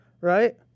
right